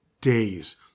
days